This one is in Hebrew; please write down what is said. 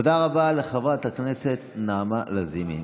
תודה רבה לחברת הכנסת נעמה לזימי.